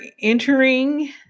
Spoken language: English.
entering